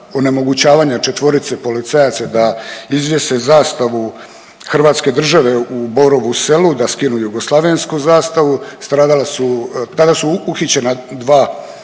četvorice policajaca da izvjese zastavu hrvatske države u Borovu Selu, da skinu jugoslavensku zastavu strada su, tada